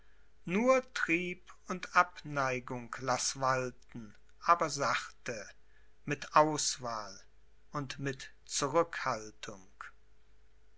nur trieb und abneigung laß walten aber sachte mit auswahl und mit zurückhaltung